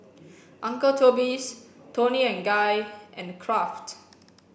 uncle Toby's Toni and Guy and Kraft